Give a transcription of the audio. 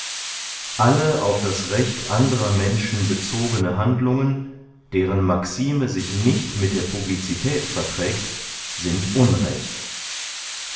alle auf das recht anderer menschen bezogene handlungen deren maxime sich nicht mit der publicität verträgt sind unrecht